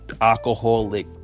alcoholic